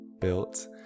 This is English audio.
built